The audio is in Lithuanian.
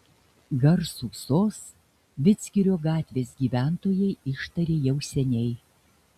garsų sos vidzgirio gatvės gyventojai ištarė jau seniai